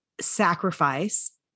sacrifice